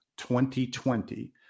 2020